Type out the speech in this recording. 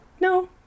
no